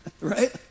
Right